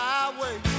Highway